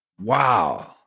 Wow